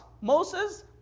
Moses